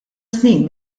snin